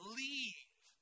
leave